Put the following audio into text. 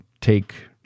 take